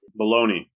baloney